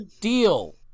Deal